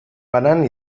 banan